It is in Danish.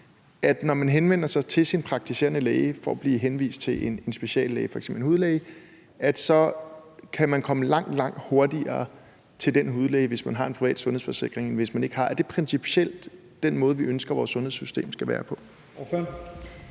at når man henvender sig til sin praktiserende læge for at blive henvist til en speciallæge, f.eks. en hudlæge, så kan man komme langt, langt hurtigere til den hudlæge, hvis man har en privat sundhedsforsikring, end hvis man ikke har? Er det principielt den måde, vi ønsker vores sundhedssystem skal være på?